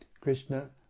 Krishna